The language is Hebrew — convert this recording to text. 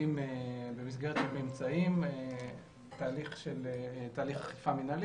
קובעים במסגרת הממצאים תהליך אכיפה מנהלי.